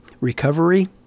Recovery